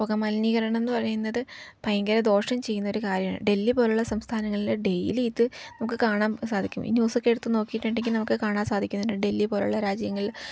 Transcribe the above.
പുക മലിനീകരണം എന്നു പറയുന്നത് ഭയങ്കര ദോഷം ചെയ്യുന്ന ഒരു കാര്യമാണ് ഡെൽഹി പോലെയുള്ള സംസ്ഥാനങ്ങളിൽ ഡെയ്ലി ഇത് നമുക്ക് കാണാൻ സാധിക്കും ന്യൂസൊക്കെ എടുത്തു നോക്കിയിട്ടുണ്ടെങ്കിൽ നമുക്ക് കാണാൻ സാധിക്കുന്നുണ്ട് ഡെൽഹി പോലെയുള്ള രാജ്യങ്ങളിൽ